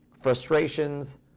frustrations